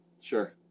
sure